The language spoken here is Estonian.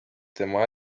tema